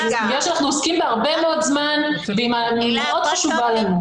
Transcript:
שאנחנו עוסקים בה הרבה מאוד זמן והיא מאוד חשובה לנו.